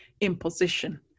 imposition